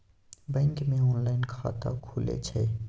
Bank मे online खाता खुले छै?